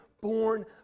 born